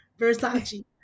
versace